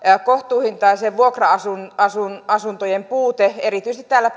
kohtuuhintaisten vuokra asuntojen puute erityisesti täällä